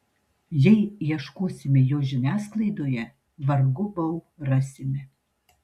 jei ieškosime jo žiniasklaidoje vargu bau rasime